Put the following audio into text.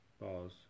pause